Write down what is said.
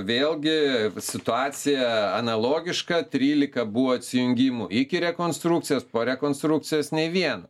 vėlgi situacija analogiška trylika buvo atsijungimų iki rekonstrukcijos po rekonstrukcijos nei vieno